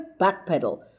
backpedal